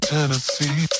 Tennessee